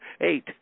eight